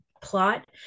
plot